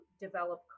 develop